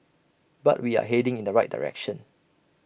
but we are heading in the right direction